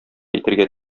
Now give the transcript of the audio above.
итәргә